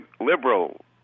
liberal